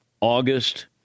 August